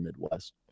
Midwest